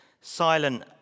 silent